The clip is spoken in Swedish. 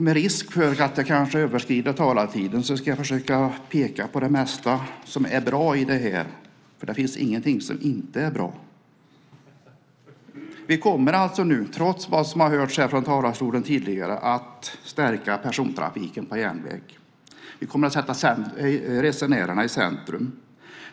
Med risk för att jag överskrider talartiden ska jag försöka peka på det mesta av allt bra här - det finns ingenting här som inte är bra. Trots vad vi tidigare hört från talarstolen kommer vi att stärka persontrafiken på järnväg. Resenärerna kommer att sättas i centrum.